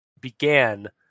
began